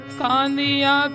kandiya